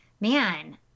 Man